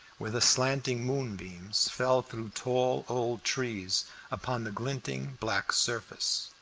where the slanting moonbeams fell through tall old trees upon the glinting black surface.